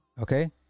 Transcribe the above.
Okay